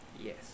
yes